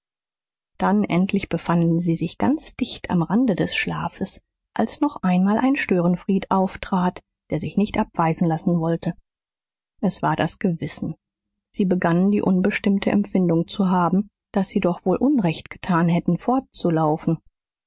dann endlich befanden sie sich ganz dicht am rande des schlafes als noch einmal ein störenfried auftrat der sich nicht abweisen lassen wollte es war das gewissen sie begannen die unbestimmte empfindung zu haben daß sie doch wohl unrecht getan hätten